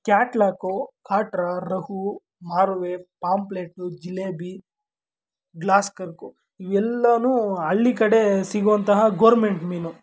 catalogue ಕಾಟ್ರ ರಹು ಮಾರ್ವೆ pomfret ಜಿಲೇಬಿ ಗ್ಲಾಸ್ ಕರ್ಕು ಇವೆಲ್ಲನೂ ಹಳ್ಳಿ ಕಡೆ ಸಿಗೋಂತಹ ಗೋರ್ಮೆಂಟ್ ಮೀನು